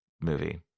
movie